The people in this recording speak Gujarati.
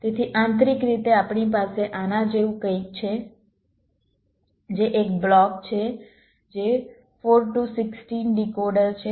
તેથી આંતરિક રીતે આપણી પાસે આના જેવું કંઈક છે જે એક બ્લોક છે જે 4 ટુ 16 ડીકોડર છે